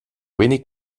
wenig